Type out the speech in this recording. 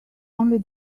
only